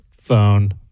phone